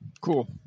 Cool